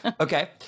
okay